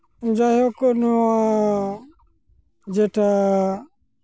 ᱡᱟᱭᱦᱳᱠ ᱱᱚᱣᱟ ᱡᱮᱴᱟ